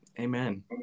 Amen